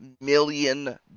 million